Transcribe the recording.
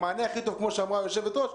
המענה הכי טוב, כמו שאמרה היושבת-ראש,